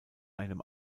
einem